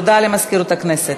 הודעה למזכירות הכנסת.